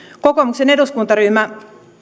kokoomuksen eduskuntaryhmä